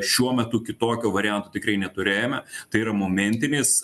šiuo metu kitokio varianto tikrai neturėjome tai yra momentinis